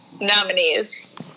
Nominees